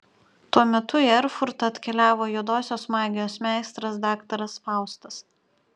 tuo metu į erfurtą atkeliavo juodosios magijos meistras daktaras faustas